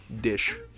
dish